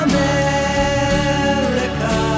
America